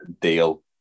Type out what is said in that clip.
deal